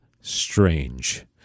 strange